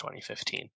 2015